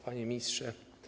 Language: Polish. Panie Ministrze!